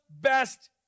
best